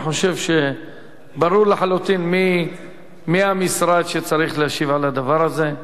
אני חושב שברור לחלוטין מי המשרד שצריך להשיב על הדבר הזה.